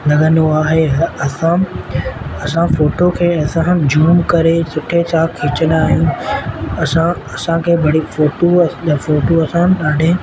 लॻंदो आहे ह असां फोटो खे असां जूम करे सुठे सां खींचंदा आहियूं असां असांखे बड़ी फोटूअ या फोटू असां ॾाढे